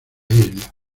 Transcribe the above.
isla